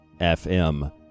FM